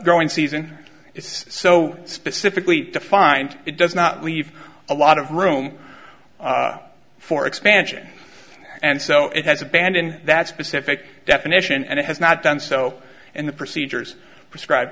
growing season is so specifically defined it does not leave a lot of room for expansion and so it has abandoned that specific definition and it has not done so in the procedures prescribe